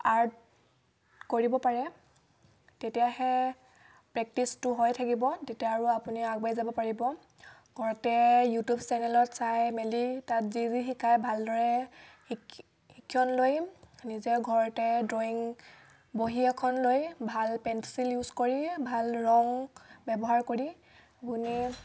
art কৰিব পাৰে তেতিয়াহে প্ৰেক্টিচটো হৈ থাকিব তেতিয়া আৰু আপুনি আগুৱাই যাব পাৰিব ঘৰতে ইউটিউব চেনেলত চাই মেলি তাত যি যি শিকায় বা ভালদৰে শিক্ শিক্ষণ লৈ নিজে ঘৰতে ড্ৰয়িং বহী এখন লৈ ভাল পেঞ্চিল ইউজ কৰি ভাল ৰং ব্যৱহাৰ কৰি আপুনি